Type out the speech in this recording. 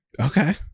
okay